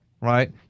right